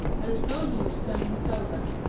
there is no use turning it over.